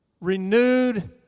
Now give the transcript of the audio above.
renewed